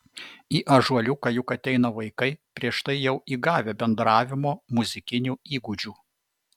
į ąžuoliuką juk ateina vaikai prieš tai jau įgavę bendravimo muzikinių įgūdžių